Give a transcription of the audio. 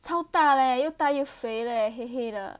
超大嘞又大又肥嘞黑黑的